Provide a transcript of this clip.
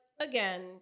again